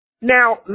Now